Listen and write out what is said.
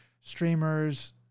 streamers